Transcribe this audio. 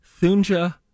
Thunja